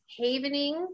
havening